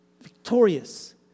Victorious